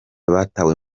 batawe